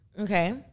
Okay